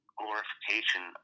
glorification